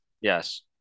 Yes